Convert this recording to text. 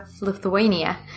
Lithuania